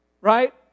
right